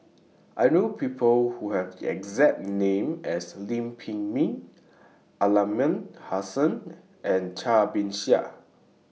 I know People Who Have The exact name as Lam Pin Min Aliman Hassan and Cai Bixia